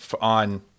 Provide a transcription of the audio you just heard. on